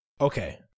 Okay